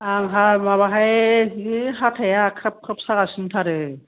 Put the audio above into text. आंहा माबाहाय जि हाथाया खाब खाब सागासिनो दंथारो